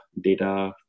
data